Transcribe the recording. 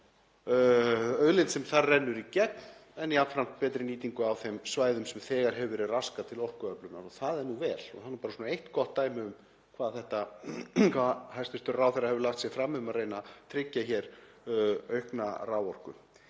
auðlind sem þar rennur í gegn en jafnframt betri nýtingu á þeim svæðum sem þegar hefur verið raskað til orkuöflunar. Og það er nú vel og er bara eitt gott dæmi um hvað hæstv. ráðherra hefur lagt sig fram um að reyna að tryggja hér aukna raforku.